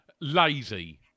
Lazy